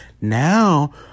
Now